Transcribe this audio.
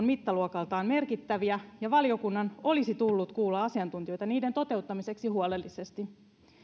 mittaluokaltaan merkittäviä ja valiokunnan olisi tullut kuulla asiantuntijoita niiden toteuttamiseksi huolellisesti